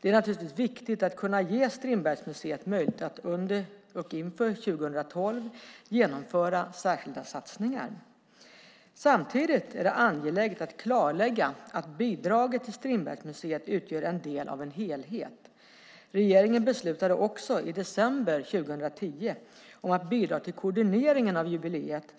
Det är naturligtvis viktigt att kunna ge Strindbergsmuseet möjlighet att under och inför 2012 genomföra särskilda satsningar. Samtidigt är det angeläget att klarlägga att bidraget till Strindbergsmuseet utgör en del av en helhet. Regeringen beslutade också i december 2010 om att bidra till koordineringen av jubileet